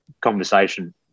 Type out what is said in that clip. conversation